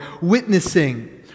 witnessing